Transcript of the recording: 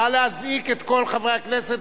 נא להזעיק את כל חברי הכנסת.